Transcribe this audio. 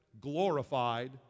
glorified